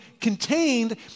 contained